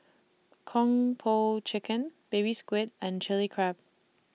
Kung Po Chicken Baby Squid and Chili Crab